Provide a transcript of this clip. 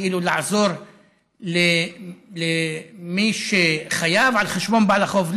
שזה כאילו לעזור למי שחייב על חשבון בעל החוב,